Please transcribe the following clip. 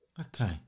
okay